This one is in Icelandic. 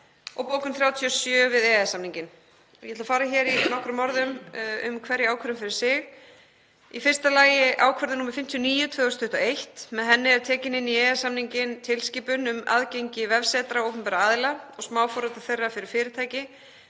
og bókun 37 við EES-samninginn. Ég ætla að fara í nokkrum orðum um hverja ákvörðun fyrir sig. Í fyrsta lagi ákvörðun nr. 59/2021. Með henni er tekin inn í EES-samninginn tilskipun um aðgengi vefsetra opinberra aðila og smáforrita þeirra fyrir fartæki.